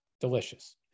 delicious